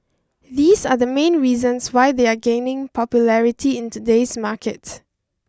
these are the main reasons why they are gaining popularity in today's market